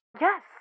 Yes